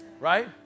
right